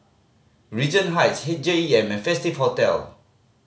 Regent Heights H J E M and Festive Hotel